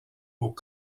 aux